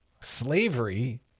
Slavery